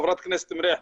חברת הכנסת מריח,